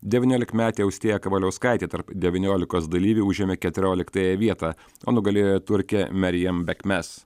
devyniolikmetė austėja kavaliauskaitė tarp devyniolikos dalyvių užėmė keturioliktąją vietą o nugalėjo turkė merijam bekmes